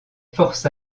forces